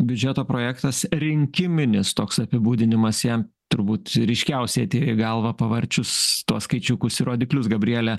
biudžeto projektas rinkiminis toks apibūdinimas jam turbūt ryškiausiai atėjo į galvą pavarčius tuos skaičiukus ir rodiklius gabriele